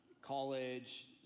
college